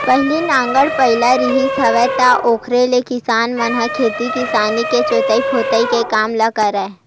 पहिली नांगर बइला रिहिस हेवय त ओखरे ले किसान मन ह खेती किसानी के जोंतई फंदई के काम ल करय